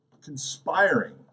conspiring